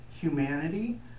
humanity